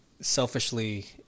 selfishly